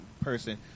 person